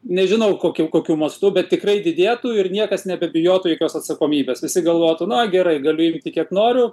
nežinau kokiu kokiu mastu bet tikrai didėtų ir niekas nebebijotų jokios atsakomybės visi galvotų na gerai galiu imti kiek noriu